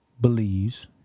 believes